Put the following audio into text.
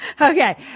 Okay